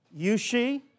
Yushi